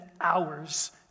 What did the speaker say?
hours